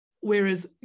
whereas